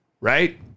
right